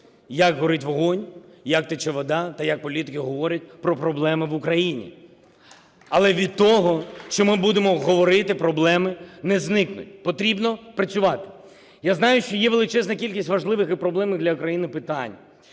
як горить вогонь, як тече вода та як політики говорять про проблеми в Україні. Але від того, що ми будемо говорити, проблеми не зникнуть. Потрібно працювати. Я знаю, що є величезна кількість важливих і проблемних для України питань,